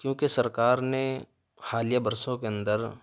کیوں کہ سرکار نے حالیہ برسوں کے اندر